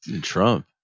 Trump